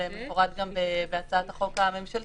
כפי שמפורט גם בהצעת החוק הממשלתית,